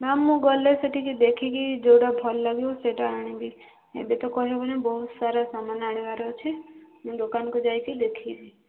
ma'am ମୁଁ ଗଲେ ସେଠିକି ଦେଖିକି ଯେଉଁଟା ଭଲ ଲାଗିବ ଆଣିବି ଏବେ ତ କହିହେବନି ବହୁତ ସାରା ସାମାନ୍ ଆଣିବାର ଅଛି ମୁଁ ଦୋକାନକୁ ଯାଇକି ଦେଖିବି